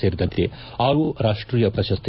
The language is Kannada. ಸೇರಿದಂತೆ ಆರು ರಾಷ್ಟೀಯ ಪ್ರಶ್ರಿ